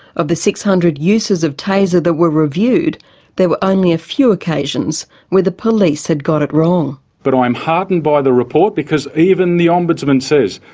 of the six hundred uses of taser that were reviewed there were only a few occasions where the police had got it wrong. but i am heartened by the report. because even the ombudsman says,